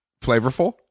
Flavorful